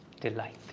delight